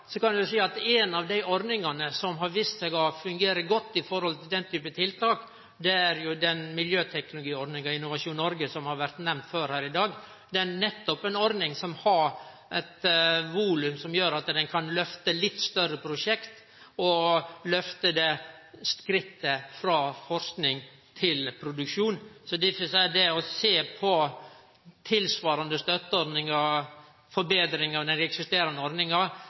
kan vi seie at ei av dei ordningane som har vist seg å fungere godt i forhold til den typen tiltak, er den miljøteknologiordninga i Innovasjon Noreg som har vore nemnd før her i dag. Det er nettopp ei ordning som har eit volum som gjer at ein kan lyfte litt større prosjekt, og ta skrittet frå forsking til produksjon. Eg synest det å sjå på tilsvarande støtteordningar, forbetringar av eksisterande ordningar